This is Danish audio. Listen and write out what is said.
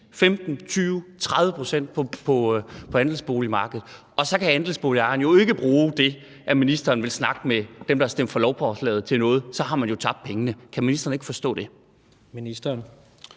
15, 20, 30 pct. på andelsboligmarkedet. Og så kan andelsboligejerne jo ikke bruge det, at ministeren vil snakke med dem, der har stemt for lovforslaget, til noget. Så har man jo tabt pengene. Kan ministeren ikke forstå det?